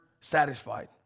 satisfied